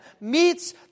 meets